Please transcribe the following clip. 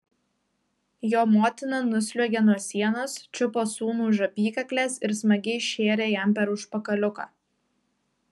jo motina nusliuogė nuo sienos čiupo sūnų už apykaklės ir smagiai šėrė jam per užpakaliuką